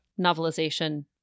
novelization